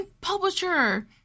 publisher